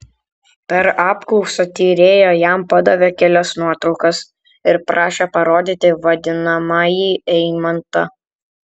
per apklausą tyrėja jam padavė kelias nuotraukas ir prašė parodyti vadinamąjį eimantą